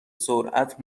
سرعت